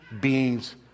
beings